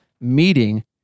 meeting